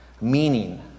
meaning